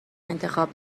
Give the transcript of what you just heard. انتخاب